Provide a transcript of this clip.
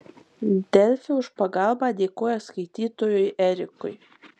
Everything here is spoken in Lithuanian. delfi už pagalbą dėkoja skaitytojui erikui